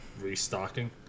restocking